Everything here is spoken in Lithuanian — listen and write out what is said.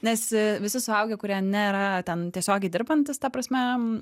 nes visi suaugę kurie nėra ten tiesiogiai dirbantys ta prasme